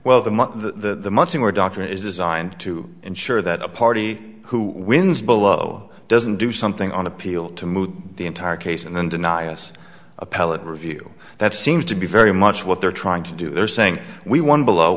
well the most in word document is designed to ensure that the party who wins below doesn't do something on appeal to move the entire case and then deny us appellate review that seems to be very much what they're trying to do they're saying we won below